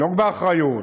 לנהוג באחריות,